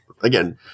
again